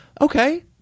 okay